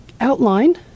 outline